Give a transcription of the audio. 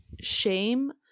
shame